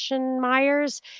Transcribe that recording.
Myers